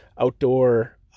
outdoor